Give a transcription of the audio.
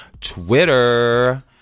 Twitter